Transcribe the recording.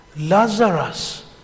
Lazarus